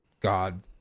God